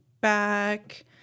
back